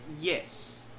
yes